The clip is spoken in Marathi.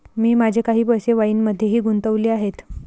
मी माझे काही पैसे वाईनमध्येही गुंतवले आहेत